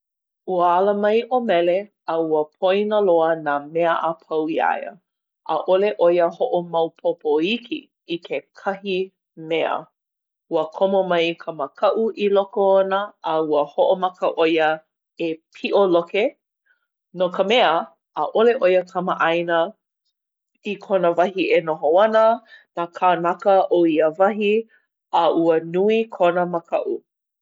Ua ala mai ʻo Mele, a ua poina loa nā mea a pau iā ia. ʻAʻole ʻo ia hoʻomaopopo iki i kekahi mea. Ua komo mai ka makaʻu i loko ona, a ua hoʻomaka ʻo ia e piʻoloke. No ka mea, ʻaʻole ʻo ia kamaʻāina i kona wahi e noho ana, nā kānaka o ia wahi, a ua nui kona makaʻu.